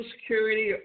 Security